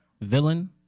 villain